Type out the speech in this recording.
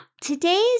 today's